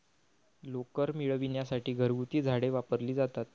लोकर मिळविण्यासाठी घरगुती झाडे वापरली जातात